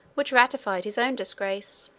which ratified his own disgrace.